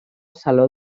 saló